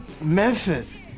Memphis